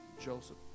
Joseph